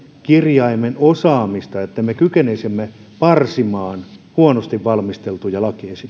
kirjaimen osaamista että me kykenisimme parsimaan huonosti valmisteltuja lakiesityksiä